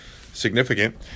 significant